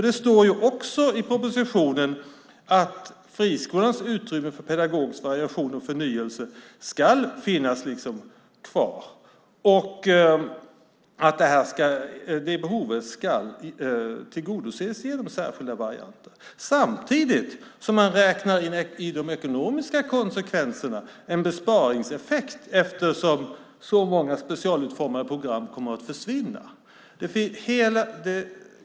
Det står i propositionen att friskolans utrymme för pedagogisk variation och förnyelse ska finnas kvar. Det ska tillgodoses genom särskilda varianter. Samtidigt räknar man in de ekonomiska konsekvenserna, en besparingseffekt, eftersom så många specialutformade program kommer att försvinna.